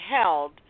held